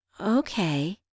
Okay